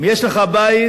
אם יש לך בית